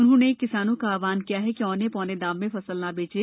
उन्होंने किसानों का थ व्हन किया कि औने पौने दाम में फसल ना बेचें